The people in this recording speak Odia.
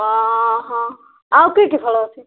ଆଉ କି କି ଫଳ ଅଛି